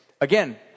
Again